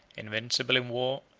invincible in war,